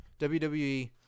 WWE